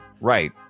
right